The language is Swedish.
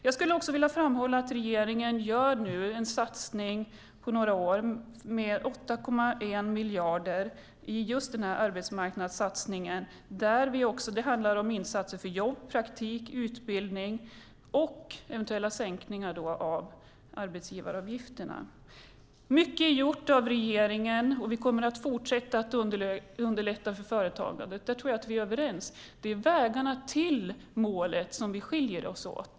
Jag framhåller att regeringen gör en arbetsmarknadssatsning under några år på 8,1 miljarder. Det handlar om insatser för jobb, praktik, utbildning och eventuella sänkningar av arbetsgivaravgifterna. Mycket är gjort av regeringen, och vi kommer att fortsätta underlätta för företagandet. Här tror jag att vi är överens, Gunvor G Ericson. Det är vägarna till målet som skiljer oss åt.